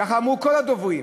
כך אמרו כל הדוברים.